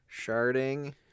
Sharding